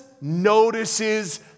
notices